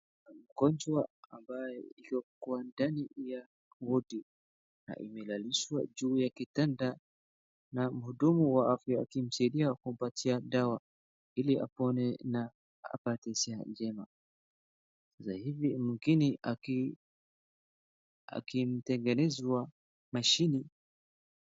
mgonjwa ambaye ameekwa ndani ya wodi na amelalishwa juu ya kitanda na mhudumu wa afya akimsaidia kumpatia dawa ili apone na apate siha njema zaidi mwingine akimtengeneza mashine